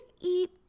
eat